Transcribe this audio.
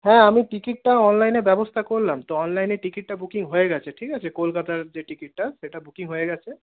হ্যাঁ আমি টিকিটটা অনলাইনে ব্যবস্থা করলাম তো অনলাইনে টিকিটটা বুকিং হয়ে গেছে ঠিক আছে কলকাতার যে টিকিটটা সেটা বুকিং হয়ে গেছে